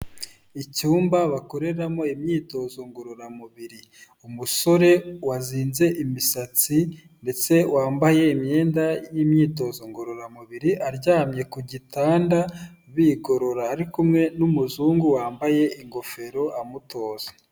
Icyumba bakoreramo imyitozo ngororamubiri. Umusore wazinze imisatsi ndetse wambaye imyenda y'imyitozo ngororamubiri, aryamye ku gitanda, bigorora, ari kumwe n'umuzungu wambaye ingofero, amutoza.